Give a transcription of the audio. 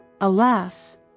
Alas